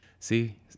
See